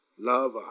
Love